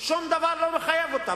שום דבר לא מחייב אותה.